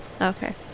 okay